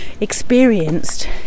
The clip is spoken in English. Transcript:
experienced